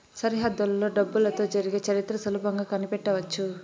సరిహద్దులలో డబ్బులతో జరిగే చరిత్ర సులభంగా కనిపెట్టవచ్చు